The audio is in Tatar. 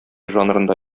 жанрында